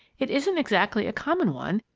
it isn't exactly a common one,